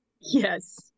Yes